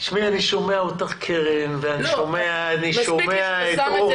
אני שומע אותך ואני שומע את אורלי.